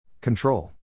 Control